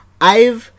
I've-